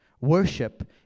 Worship